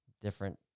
different